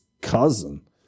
cousin